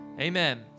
amen